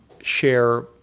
share